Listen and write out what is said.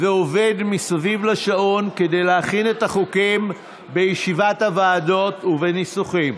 ועובד מסביב לשעון כדי להכין את החוקים בישיבות הוועדות ובניסוחים.